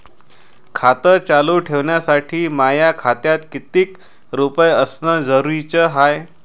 खातं चालू ठेवासाठी माया खात्यात कितीक रुपये असनं जरुरीच हाय?